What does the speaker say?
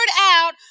out